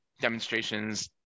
demonstrations